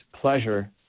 pleasure